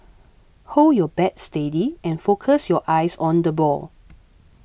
hold your bat steady and focus your eyes on the ball